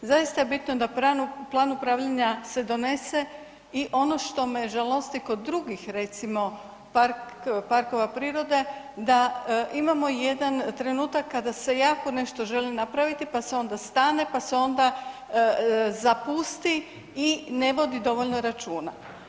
Zaista je bitno da plan upravljanja se donese i ono što me žalosti kod drugih recimo parkova prirode da imamo jedan trenutak kada se jako nešto želi napraviti, pa se onda stane, pa se onda zapusti i ne vodi dovoljno računa.